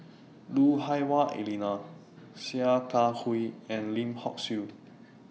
Lui Hah Wah Elena Sia Kah Hui and Lim Hock Siew